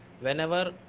whenever